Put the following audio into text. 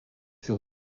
sur